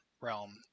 realm